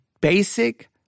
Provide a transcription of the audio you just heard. basic